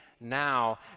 now